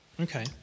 Okay